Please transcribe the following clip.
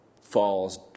falls